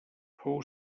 fou